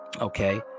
okay